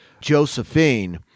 Josephine